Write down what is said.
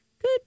Good